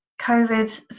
covid